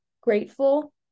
grateful